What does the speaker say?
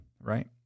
right